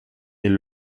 est